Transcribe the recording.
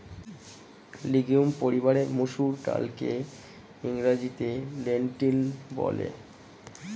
legume পরিবারের মুসুর ডালকে ইংরেজিতে লেন্টিল বলে